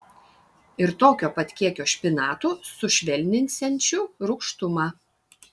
ir tokio pat kiekio špinatų sušvelninsiančių rūgštumą